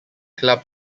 club